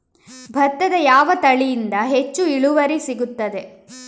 ಭತ್ತದ ಯಾವ ತಳಿಯಿಂದ ಹೆಚ್ಚು ಇಳುವರಿ ಸಿಗುತ್ತದೆ?